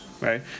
right